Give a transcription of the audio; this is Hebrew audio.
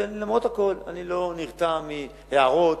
ולמרות הכול אני לא נרתע מהערות,